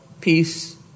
peace